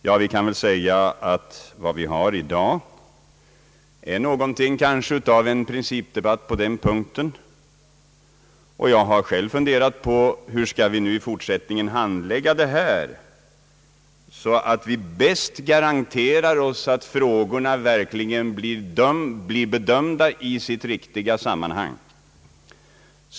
Det kan väl sägas att vad vi har i dag kanske är någonting av en principdebatt på den punkten. Jag har själv funderat över hur vi i fortsättningen skall handlägga denna fråga för att få den bästa garantin för att frågorna verkligen blir bedömda i sitt riktiga sammanhang.